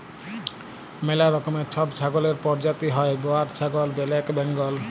ম্যালা রকমের ছব ছাগলের পরজাতি হ্যয় বোয়ার ছাগল, ব্যালেক বেঙ্গল